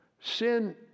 Sin